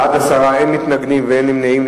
בעד, 10, אין מתנגדים ואין נמנעים.